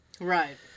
Right